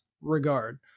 regard